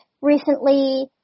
recently